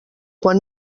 quan